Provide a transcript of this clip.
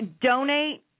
donate